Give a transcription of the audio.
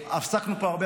עסקנו פה הרבה,